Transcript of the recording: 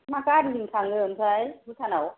मा गारिजों थाङो ओमफ्राय भुटान आव